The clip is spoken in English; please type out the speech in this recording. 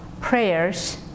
prayers